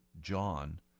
John